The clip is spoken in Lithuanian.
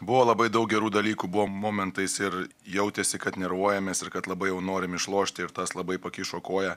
buvo labai daug gerų dalykų buvo momentais ir jautėsi kad nervuojamės ir kad labai jau norim išlošti ir tas labai pakišo koją